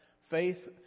faith